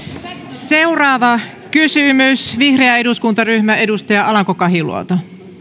seuraava kysymys vihreä eduskuntaryhmä edustaja alanko kahiluoto